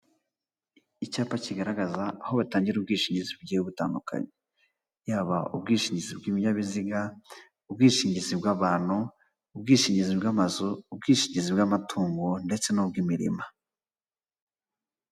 Icyapa kigaragaza aho batangira ubwishingizi bugiye butandukanye yaba ubwishingizi bw'ibinyabiziga l, ubwishingizi bw'abantu, ubwishingizi bw'amazu, ubwishingizi bw'amatungo ndetse n'ubw'imirima.